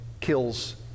kills